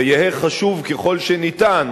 ויהא חשוב ככל שיהיה,